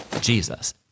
Jesus